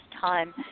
time